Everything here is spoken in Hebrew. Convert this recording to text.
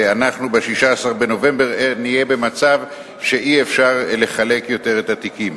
ואנחנו ב-16 בנובמבר נהיה במצב שאי-אפשר לחלק יותר את התיקים.